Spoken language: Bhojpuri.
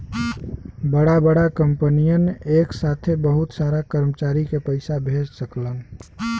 बड़ा बड़ा कंपनियन एक साथे बहुत सारा कर्मचारी के पइसा भेज सकलन